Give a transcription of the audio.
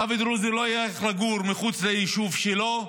אף דרוזי לא ילך לגור מחוץ ליישוב שלו,